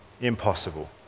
impossible